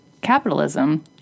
capitalism